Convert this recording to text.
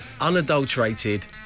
Unadulterated